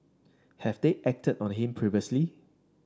have they acted on him previously